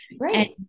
Right